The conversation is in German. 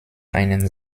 einen